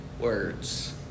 words